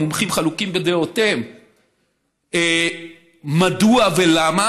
המומחים חלוקים בדעותיהם מדוע ולמה,